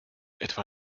etwa